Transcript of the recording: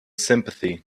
sympathy